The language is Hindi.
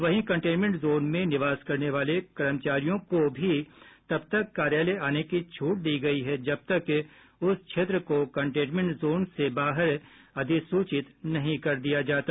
वहीं कंटेनमेंट जोन में निवास करने वाले कर्मचारियों को भी तब तक कार्यालय आने की छूट दी गई है जब तक उस क्षेत्र को कंटेनमेंट जोन से बाहर अधिसूचित नहीं कर दिया जाता